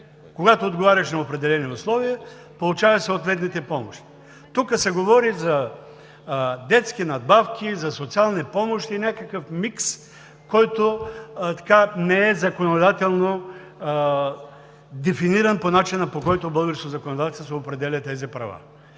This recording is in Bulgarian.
Когато отговаряш на определени условия, получаваш съответните помощи. Тук се говори за детски надбавки, за социални помощи – някакъв микс, който не е законодателно дефиниран по начина, по който българското законодателство определя тези права.